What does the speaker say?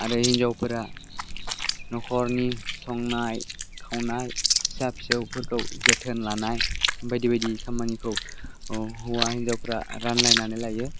आरो हिन्जावफोरा न'खरनि संनाय खावनाय फिसा फिसौफोरखौ जोथोन लानाय बायदि बायदि खामानिखौ हौवा हिन्जावफ्रा रानलायनानै लायो